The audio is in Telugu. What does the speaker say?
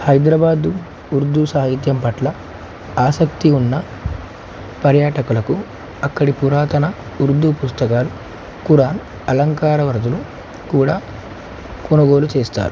హైదరాబాద్ ఉర్దూ సాహిత్యం పట్ల ఆసక్తి ఉన్న పర్యాటకులకు అక్కడి పురాతన ఉర్దూ పుస్తకాలు కురాన్ అలంకార వరదులు కూడా కొనుగోలు చేస్తారు